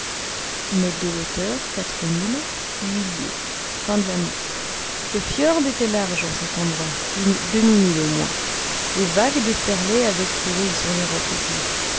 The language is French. le fjrd était large en cet endroit d'un demi-mille au moins les vagues déferlaient avec bruit sur les rocs aigus